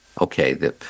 okay